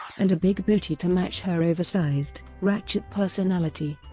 and a big booty to match her oversized, ratchet personality.